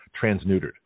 transneutered